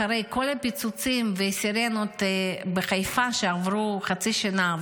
אחרי כל הפיצוצים והסירנות בחיפה שעברו חצי שנה,